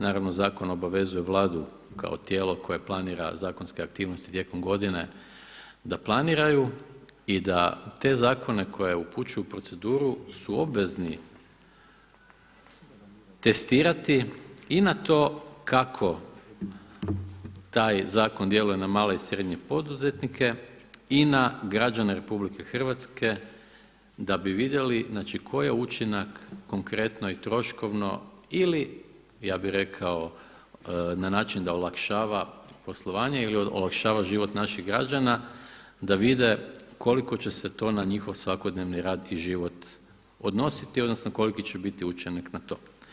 Naravno zakon obavezuje Vladu kao tijelo koje planira zakonske aktivnosti tijekom godine da planiraju i da te zakone koje upućuju u proceduru su obvezni testirati i na to kako taj zakon djeluje na male i srednje poduzetnike i na građane RH da bi vidjeli, znači koji je učinak konkretno i troškovno ili ja bih rekao na način da olakšava poslovanje ili olakšava život naših građana, da vide koliko će se to na njihov svakodnevni rad i život odnositi, odnosno koliki će biti učinak na to.